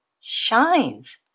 shines